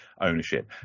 ownership